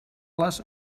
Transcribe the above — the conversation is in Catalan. les